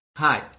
hi,